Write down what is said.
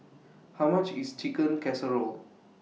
How much IS Chicken Casserole